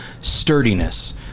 sturdiness